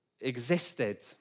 existed